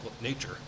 nature